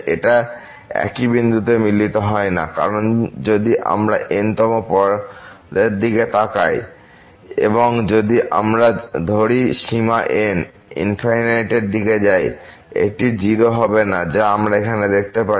এটা একই বিন্দুতে মিলিত হয় না কারন যদি আমরা n তম পদের দিকে তাকাই এবং যদি আমরা যদি ধরি সীমা n ∞ এর দিকে যায় এটি 0 হবে না যা আমরা এখানে দেখতে পারি